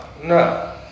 No